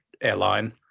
Airline